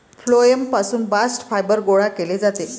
phloem पासून bast fibre गोळा केले जाते